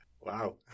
wow